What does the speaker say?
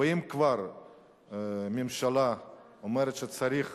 ואם כבר הממשלה אומרת שצריך